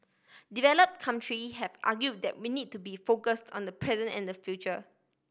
develop country have argue that we need to be focus on the present and the future